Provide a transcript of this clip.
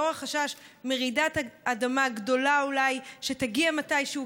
בשל החשש מרעידת אדמה גדולה שאולי שתגיע מתישהו,